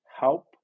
help